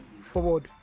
forward